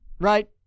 right